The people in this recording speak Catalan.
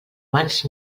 abans